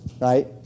right